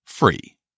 free